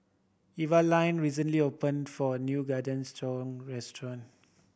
Evaline recently opened for new Garden restaurant